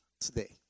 today